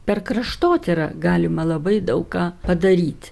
per kraštotyrą galima labai daug ką padaryt